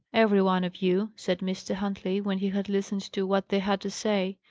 every one of you, said mr. huntley, when he had listened to what they had to say.